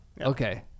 okay